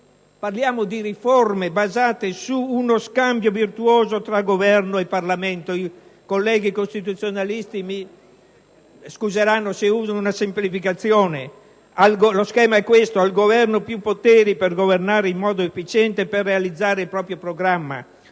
parliamo di riforme basate su uno scambio virtuoso tra Governo e Parlamento. I colleghi costituzionalisti mi scuseranno se uso una semplificazione, ma lo schema è questo: al Governo più poteri per governare in modo efficiente e per realizzare il proprio programma;